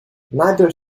neither